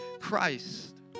Christ